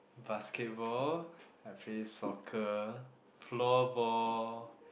basketball I play soccer floorball